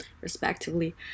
respectively